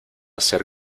ser